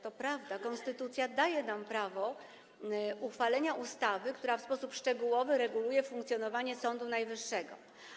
To prawda, konstytucja daje nam prawo uchwalenia ustawy, która w sposób szczegółowy reguluje funkcjonowanie Sądu Najwyższego.